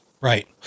Right